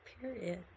Period